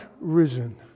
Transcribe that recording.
risen